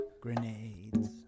Grenades